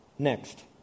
Next